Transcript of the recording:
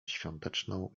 świąteczną